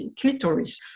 clitoris